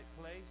place